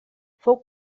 fou